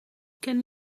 ken